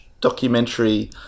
documentary